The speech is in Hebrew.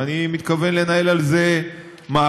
ואני מתכוון לנהל על זה מאבק,